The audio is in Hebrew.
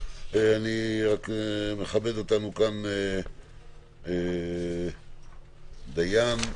מכבד אותנו כאן בנוכחותו דיין,